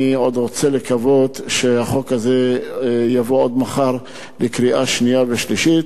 אני רוצה לקוות שהחוק הזה יבוא כבר מחר לקריאה שנייה ושלישית,